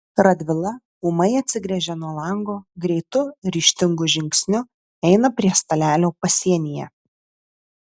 radvila ūmai atsigręžia nuo lango greitu ryžtingu žingsniu eina prie stalelio pasienyje